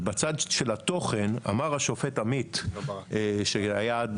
ובצד של התוכן אמר השופט עמית שהיה עד